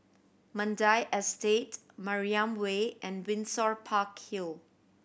Mandai Estate Mariam Way and Windsor Park Hill